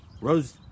Rose